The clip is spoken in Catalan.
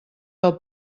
del